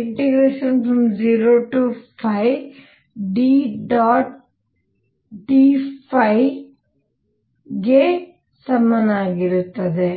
ಇದು nh ಗೆ ಸಮಾನವಾಗಿರುತ್ತದೆ